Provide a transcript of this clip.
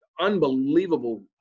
Unbelievable